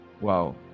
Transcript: wow